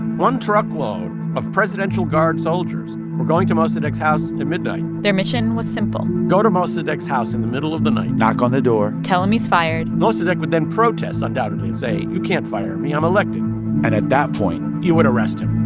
one truckload of presidential guard soldiers were going to mossadegh's house midnight their mission was simple go to mossadegh's house in the middle of the night knock on the door tell him he's fired mossadegh would then protest, undoubtedly, and say, you can't fire me i'm elected and at that point. you would arrest him